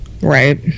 Right